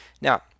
Now